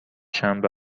شنبه